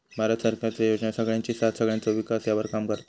भारत सरकारचे योजना सगळ्यांची साथ सगळ्यांचो विकास ह्यावर काम करता